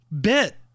bit